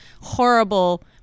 horrible